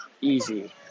easy